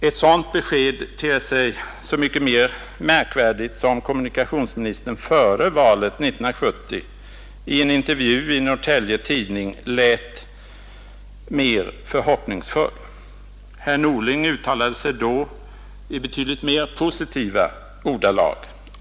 Ett sådant besked ter sig så mycket mer märkvärdigt som kommunikationsministern före valet 1970 i en intervju i Norrtelje Tidning lät mycket mer förhoppningsfull. Herr Norling uttalade sig då i betydligt mer positiva ordalag.